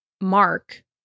Mark